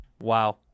Wow